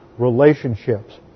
relationships